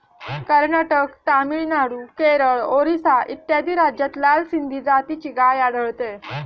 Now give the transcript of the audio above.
कर्नाटक, तामिळनाडू, केरळ, ओरिसा इत्यादी राज्यांत लाल सिंधी जातीची गाय आढळते